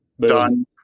done